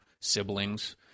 siblings